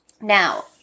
Now